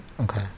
Okay